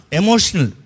emotional